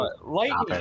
lightning